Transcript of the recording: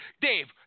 Dave